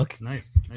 nice